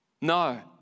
No